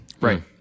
right